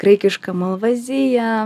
graikiška malvazija